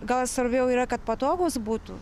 gal svarbiau yra kad patogūs būtų